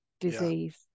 disease